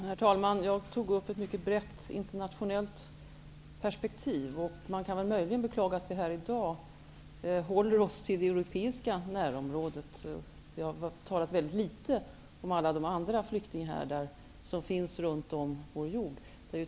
Herr talman! Jag tog upp ett mycket brett internationellt perspektiv. Man kan möjligen beklaga att vi i dag håller oss till det europeiska närområdet. Vi har talat mycket litet om alla de andra flyktinghärdarna som finns runt om på vår jord.